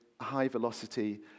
high-velocity